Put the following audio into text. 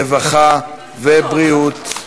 הרווחה והבריאות.